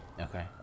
okay